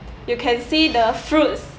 you can see the fruits